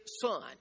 son